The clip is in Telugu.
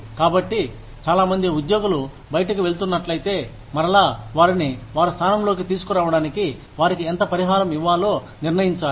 కాబట్టి చాలామంది ఉద్యోగులు బయటికి వెళ్తున్నట్లయితే మరల వారిని వారి స్థానంలోకి తీసుకురావడానికి వారికి ఎంత పరిహారం ఇవ్వాలో నిర్ణయించాలి